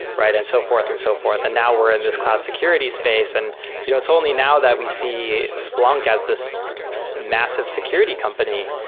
and so forth and so forth. now we're in this cloud security space and you know it's only now that we see splunk as this massive security company,